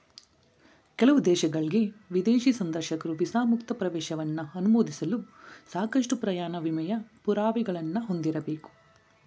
ಕೆಲವು ದೇಶಗಳ್ಗೆ ವಿದೇಶಿ ಸಂದರ್ಶಕರು ವೀಸಾ ಮುಕ್ತ ಪ್ರವೇಶವನ್ನ ಅನುಮೋದಿಸಲು ಸಾಕಷ್ಟು ಪ್ರಯಾಣ ವಿಮೆಯ ಪುರಾವೆಗಳನ್ನ ಹೊಂದಿರಬೇಕು